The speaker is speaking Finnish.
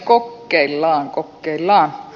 kokkeillaan kokkeillaan